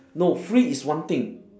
no free is one thing